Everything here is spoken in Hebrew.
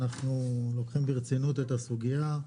אנחנו לוקחים ברצינות את הסוגיה.